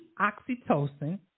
oxytocin